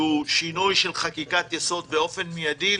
שהוא שינוי של חקיקת יסוד באופן מיידי,